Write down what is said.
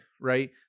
Right